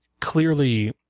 clearly